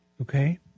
Okay